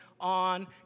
on